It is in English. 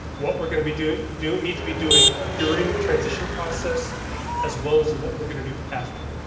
what we're going to be doing? do we need to be doing during the transition process as well as what we're going to do after?